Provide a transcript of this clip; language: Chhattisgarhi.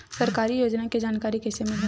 सरकारी योजना के जानकारी कइसे मिलही?